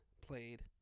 played